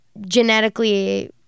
genetically